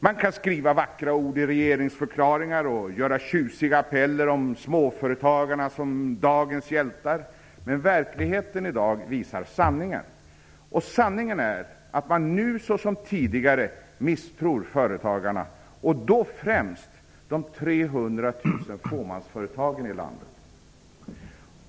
Man kan skriva vackra ord i regeringsförklaringar och göra tjusiga appeller om småföretagarna som dagens hjältar, men verkligheten i dag visar sanningen. Och sanningen är att man nu, såsom tidigare, misstror företagarna, och då främst de 300 000 fåmansföretagen i landet.